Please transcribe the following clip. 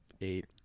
eight